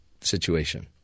situation